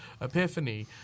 epiphany